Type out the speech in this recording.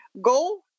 go